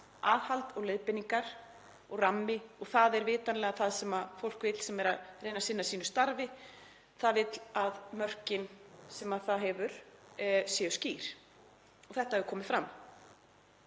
aðhald og leiðbeiningar og rammi og það er vitanlega það sem fólk vill sem er að reyna að sinna sínu starfi. Það vill að mörkin sem það hefur séu skýr og þetta hefur komið fram.